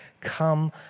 come